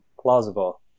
plausible